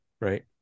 right